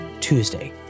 Tuesday